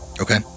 Okay